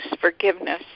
forgiveness